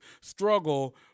struggle